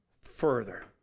further